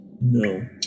No